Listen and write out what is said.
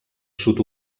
sud